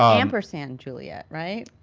um ampersand juliet, right?